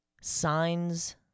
signs